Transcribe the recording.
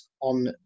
on